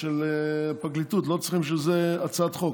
ושל הפרקליטות, לא צריכים בשביל זה הצעת חוק.